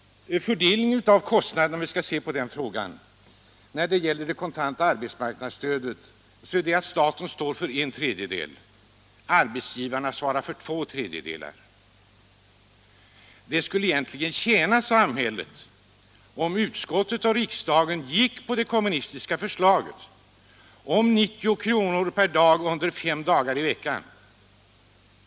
Fördelningen av kostnaderna för det kontanta arbetsmarknadsstödet är den att staten svarar för en tredjedel och arbetsgivarna för två tredjedelar. Samhället skulle tjäna ekonomiskt på att riksdagen biföll det kommunistiska förslaget om 90 kr. per dag under fem dagar i veckan.